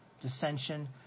dissension